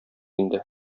инде